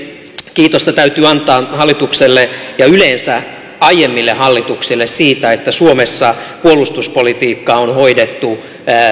kiitosta täytyy antaa hallitukselle ja yleensä aiemmille hallituksille siitä että suomessa puolustuspolitiikkaa on hoidettu